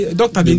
doctor